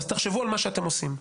אז תחשבו על מה שאתם עושים.